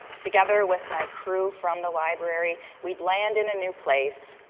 together with my crew from the library, we'd land in a new place,